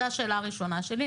זו השאלה הראשונה שלי.